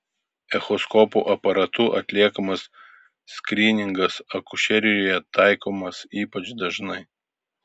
echoskopo aparatu atliekamas skryningas akušerijoje taikomas ypač dažnai